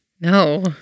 No